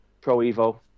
pro-evo